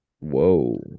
Whoa